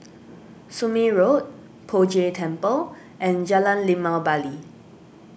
Somme Road Poh Jay Temple and Jalan Limau Bali